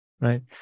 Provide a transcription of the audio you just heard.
right